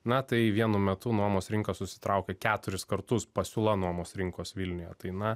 na tai vienu metu nuomos rinka susitraukė keturis kartus pasiūla nuomos rinkos vilniuje tai na